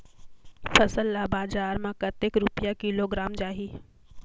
फसल ला बजार मां कतेक रुपिया किलोग्राम जाही?